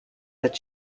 that